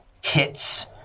hits